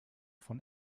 von